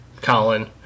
colin